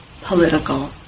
political